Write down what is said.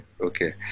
Okay